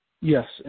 Yes